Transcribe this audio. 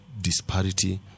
disparity